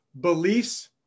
Beliefs